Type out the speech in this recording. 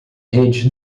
redes